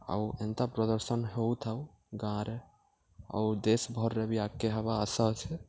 ଆଉ ଏନ୍ତା ପ୍ରଦର୍ଶନ ହେଉଥାଉ ଗାଁରେ ଆଉ ଦେଶଭର୍ରେ ବି ଆଗ୍କେ ହେବା ଆଶା ଅଛେ